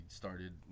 started